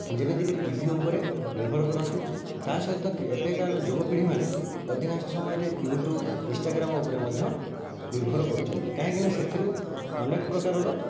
ଯେବେ ଟିକେ ଟିଭି ଉପରେ ବ୍ୟବହାର କରନ୍ତି ତା ସହିତ ଏବେକାର ଯୁବପିଢ଼ି ମାନେ ଅଧିକାଂଶ ସମୟରେ ୟୁଟ୍ୟୁବ ଇନଷ୍ଟାଗ୍ରାମ ଉପରେ ମଧ୍ୟ ନିର୍ଭର କରୁଛନ୍ତି କାହିଁକି ନା ସେଥିରୁ ଅନେକ ପ୍ରକାରର